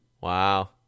wow